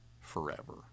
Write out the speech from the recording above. forever